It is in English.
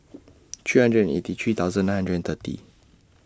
three hundred eighty three thousand nine hundred and thirty